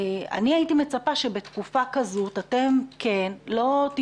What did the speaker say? אני הייתי מצפה שבתקופה כזו אתם לא רק